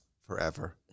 forever